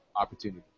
opportunity